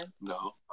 No